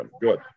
good